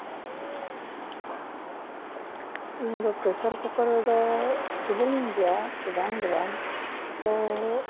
ᱤᱧᱫᱚ pressure cooker ᱨᱮᱫᱚ ᱥᱤᱵᱤᱞᱤᱧ ᱜᱮᱭᱟ ᱛᱚ ᱵᱟᱝ ᱫᱚ ᱵᱟᱝ ᱛᱚ